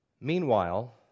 Meanwhile